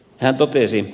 hän totesi